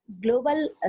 Global